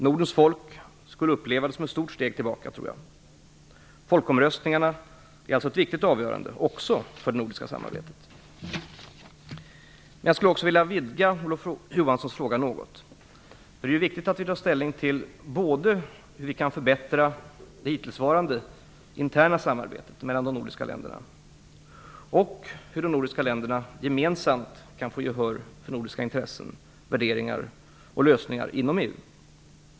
Nordens folk skulle uppleva det som ett stort steg tillbaka, tror jag. Folkomröstningarna är alltså ett viktigt avgörande också för det nordiska samarbetet. Jag skulle vilja vidga Olof Johanssons fråga något. Det är viktigt att vi tar ställning till både hur vi kan förbättra det hittillsvarande, interna, samarbetet mellan de nordiska länderna och hur de nordiska länderna gemensamt kan få gehör för nordiska intressen, värderingar och lösningar inom EU.